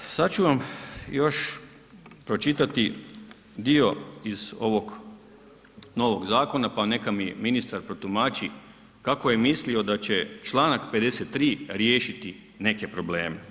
Pa evo, sad ću vam još pročitati dio iz ovog novog Zakona pa neka mi ministar protumači kako je mislio da će članak 53. riješiti neke probleme.